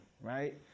right